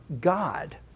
God